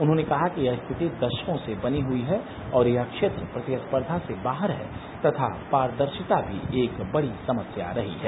उन्होंने कहा कि यह स्थिति दशकों से बनी हुई है और यह क्षेत्र प्रतिस्पर्धा से बाहर है तथा पारदर्शिता भी एक बड़ी समस्या रही है